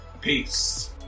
Peace